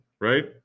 right